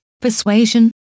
persuasion